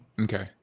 Okay